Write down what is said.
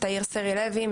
תאיר סרי לוי,